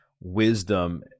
wisdom